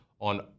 on